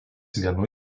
vienu